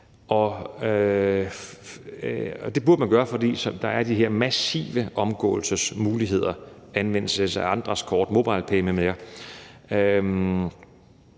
det burde man gøre, fordi der er de her massive omgåelsesmuligheder, anvendelse af andres kort, MobilePay m.m.